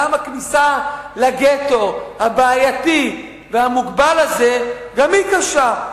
גם הכניסה לגטו הבעייתי והמוגבל הזה קשה.